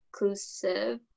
inclusive